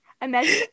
Imagine